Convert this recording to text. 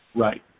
Right